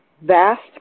vast